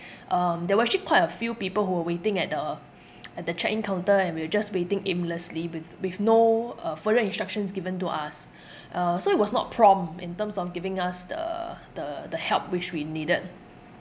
um there were actually quite a few people who were waiting at the at the check in counter and we were just waiting aimlessly with with no uh further instructions given to us uh so he was not prompt in terms of giving us the the the help which we needed